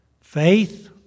Faith